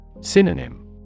Synonym